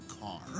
car